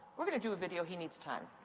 we're going to do a video. he needs time.